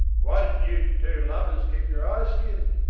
why didn't you two lubbers keep your eyes skinned.